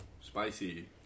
spicy